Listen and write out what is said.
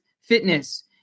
fitness